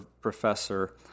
professor